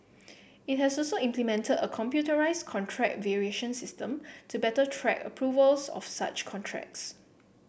it has also implemented a computerised contract variation system to better track approvals of such contracts